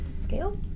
scale